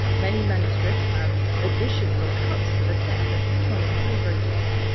many manuscripts have additions or cuts to the text, so each one is very, very different.